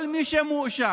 כל מי שמואשם,